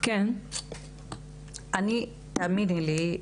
תאמיני לי,